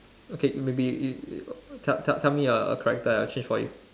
okay maybe you you tell tell tell me a character I will change for you